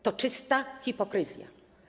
To czysta hipokryzja.